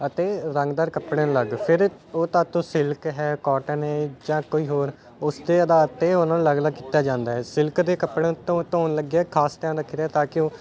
ਅਤੇ ਰੰਗਦਾਰ ਕੱਪੜਿਆਂ ਨੂੰ ਅਲੱਗ ਫਿਰ ਉਹ ਤਾਂ ਤੋਂ ਸਿਲਕ ਹੈ ਕੋਟਨ ਹੈ ਜਾਂ ਕੋਈ ਹੋਰ ਉਸ ਦੇ ਆਧਾਰ 'ਤੇ ਉਹਨਾਂ ਨੂੰ ਅਲੱਗ ਅਲੱਗ ਕੀਤਾ ਜਾਂਦਾ ਹੈ ਸਿਲਕ ਦੇ ਕੱਪੜਿਆਂ ਨੂੰ ਧੋਣ ਧੋਣ ਲੱਗਿਆ ਖਾਸ ਧਿਆਨ ਰੱਖੀਦਾ ਤਾਂ ਕਿ ਉਹ